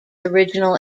original